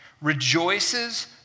rejoices